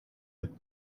eux